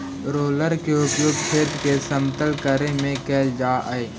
roller के उपयोग खेत के समतल करे में कैल जा हई